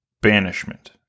Banishment